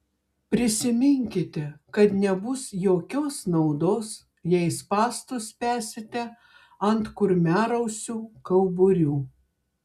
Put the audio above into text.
prisiminkite kad nebus jokios naudos jei spąstus spęsite ant kurmiarausių kauburių